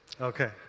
Okay